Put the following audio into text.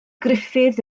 gruffydd